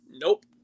Nope